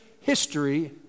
history